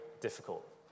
difficult